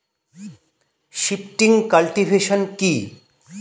Shifting cultivation কি?